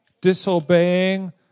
Disobeying